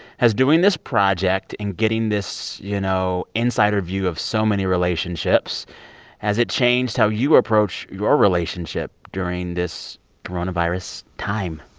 has doing this project and getting this, you know, insider view of so many relationships has it changed how you approach your relationship during this coronavirus time?